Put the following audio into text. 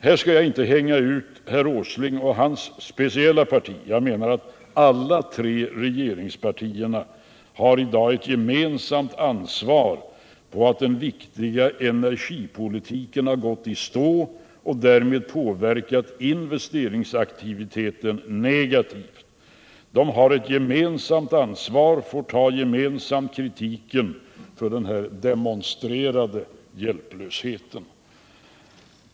Här skall jag inte hänga ut herr Åsling och hans speciella parti, jag menar att alla tre regeringspartierna i dag har ett gemensamt ansvar för att den viktiga energipolitiken har gått i stå och därmed påverkat investeringsaktiviteten negativt. De har ett gemensamt ansvar och får gemensamt ta kritiken för den här demonstrerade hjälplösheten.